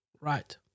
Right